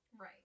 Right